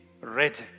ready